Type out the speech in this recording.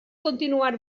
continuar